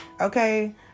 Okay